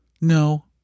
No